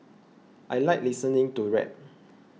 I like listening to rap